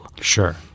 Sure